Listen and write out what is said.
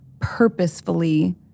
purposefully